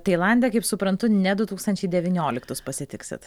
tailande kaip suprantu ne du tūkstančiai devynioliktus pasitiksit